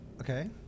Okay